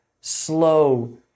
slow